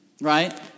right